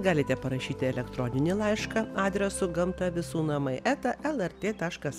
galite parašyti elektroninį laišką adresu gamta visų namai eta lrt taškas